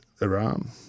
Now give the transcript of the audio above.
Iran